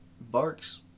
Barks